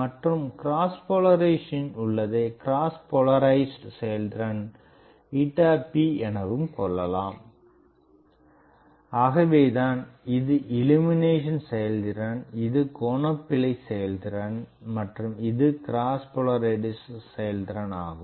மற்றும் க்ராஸ் போலரைசனில் உள்ளதை கிராஸ் போலரைஸ்டு செயல்திறன் p எனவும் கொள்ளலாம் ஆகவேதான் இது இள்ளுமினேசன் செயல்திறன் இது கோண பிழை செயல்திறன் மற்றும் இது கிராஸ் போலரைஸ்டு செயல்திறன் ஆகும்